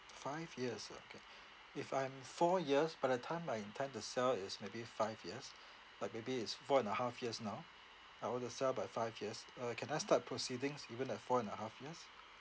five years okay if I'm four years by the time I intend to sell it's maybe five years but maybe it's four and a half years now I want to sell by five years uh can I start proceedings even like four and a half years